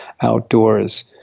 outdoors